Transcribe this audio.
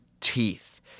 teeth